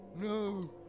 no